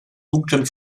dunklen